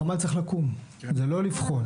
חמ"ל צריך לקום, זה לא לבחון.